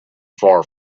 far